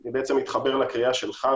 ואני מתחבר לקריאה שלך,